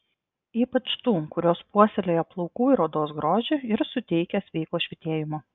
ypač tų kurios puoselėja plaukų ar odos grožį ir suteikia sveiko švytėjimo